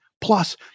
Plus